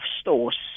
stores